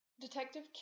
Detective